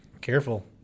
Careful